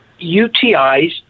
UTIs